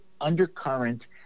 undercurrent